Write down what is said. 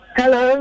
hello